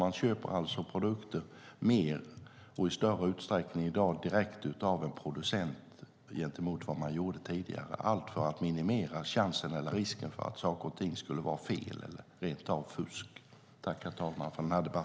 Man köper alltså i dag produkter direkt av en producent i större utsträckning än man gjorde tidigare - allt för att minimera risken för att saker och ting är fel eller rent av fusk.